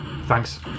Thanks